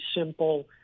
simple